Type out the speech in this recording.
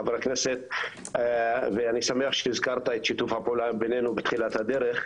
חבר הכנסת ואני שמח שהזכרת את שיתוף הפעולה ביננו בתחילת הדרך.